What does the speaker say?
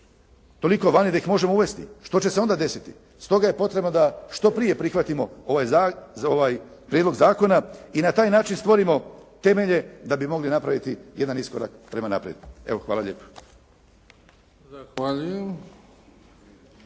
toliko vani da ih možemo uvesti? Što će se onda desiti? Stoga je potrebno da što prije prihvatimo ovaj prijedlog zakona i na taj način stvorimo temelje da bi mogli napraviti jedan iskorak prema naprijed. Hvala lijepo.